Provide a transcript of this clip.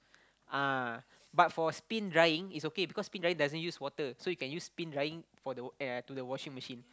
uh but for spin drying is okay because spin drying doesn't use water so you can use spin drying for the uh to the washing machine